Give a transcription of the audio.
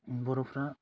बर'फ्रा